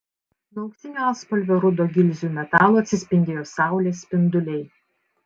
nuo auksinio atspalvio rudo gilzių metalo atsispindėjo saulės spinduliai